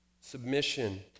submission